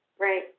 right